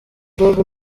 dogg